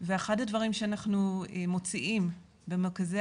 ואחד הדברים שאנחנו מוציאים במרכזי